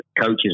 coaches